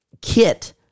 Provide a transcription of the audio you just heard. kit